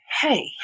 hey